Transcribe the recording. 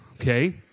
Okay